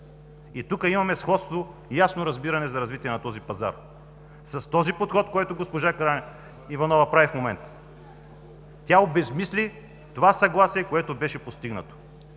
Тук имаме сходство и ясно разбиране за развитие на този пазар. С подхода, който госпожа Караиванова прави в момента, тя обезсмисли съгласието, което беше постигнато!